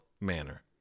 manner